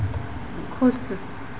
खुश